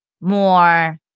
more